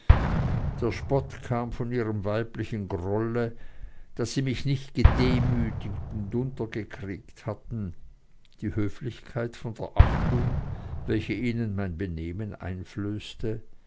der spott kam von ihrem weiblichen grolle daß sie mich nicht gedemütigt und untergekriegt hatten die höflichkeit von der achtung welche ihnen mein benehmen einflößte